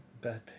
bad